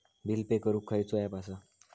Bill pay करूक खैचो app असा?